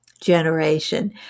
generation